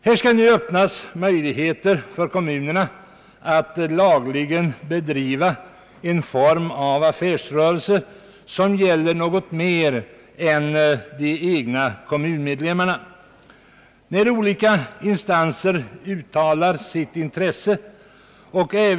Här skall alltså öppnas möjligheter för kommunerna att lagligen bedriva en form av affärsrörelse som gäller något mer än de egna kommunmedlemmarna. Olika instanser har uttalat sitt intres se för detta.